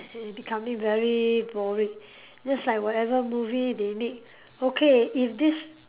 becoming very boring just like whatever movie they make okay if this